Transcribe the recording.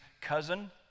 cousin